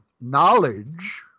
knowledge